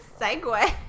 segue